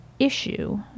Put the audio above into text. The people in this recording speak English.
Issue